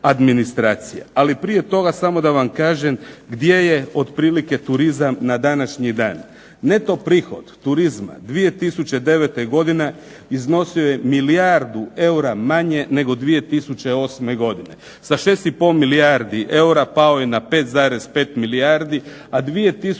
Ali prije toga samo da vam kažem gdje je otprilike turizam na današnji dan. Neto prihod turizma 2009. godine iznosio je milijardu eura manje nego 2008. godine, sa 6,5 milijardi eura pao je na 5,5 milijardi, a 2010. biti će zasigurno